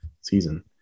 season